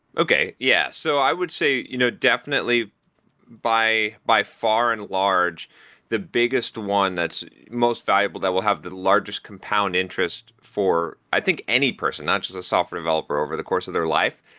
okay. yeah. so i would say you know definitely by by far and large the biggest one that's most valuable that will have the largest compound interest for, i think, any person, not just a software developer over the course of their life,